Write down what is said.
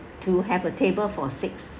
to have a table for six